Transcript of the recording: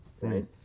Right